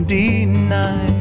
deny